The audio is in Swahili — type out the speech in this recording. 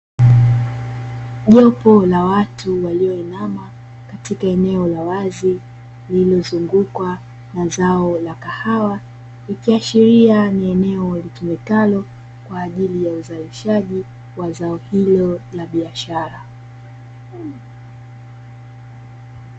Jopo la watu walioinama katika eneo la wazi lililozungukwa na zao la kahawa likiachilia ni eneo litumikalo kwaajili ya uzalishaji wa zao hilo la biashara.